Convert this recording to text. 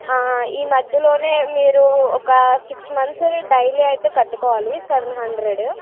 ఆ ఈ మద్యలోనే మీరు ఒక సిక్స్ మంత్స్ డైలీ అయితే కట్టుకోవాలి సెవెన్ హండ్రెడ్